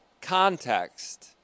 context